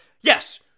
Yes